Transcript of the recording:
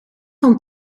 van